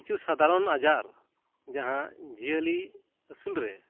ᱠᱤᱪᱷᱩ ᱥᱟᱫᱷᱟᱨᱚᱱ ᱟᱡᱟᱨ ᱡᱟᱦᱟᱸ ᱡᱤᱭᱟᱹᱞᱤ ᱟᱹᱥᱩᱞ ᱨᱮ